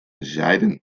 zijden